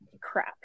crap